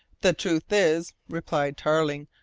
the truth is, replied tarling,